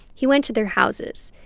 he went to their houses,